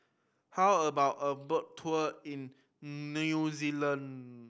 how about a boat tour in New Zealand